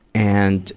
and